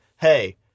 hey